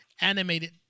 animated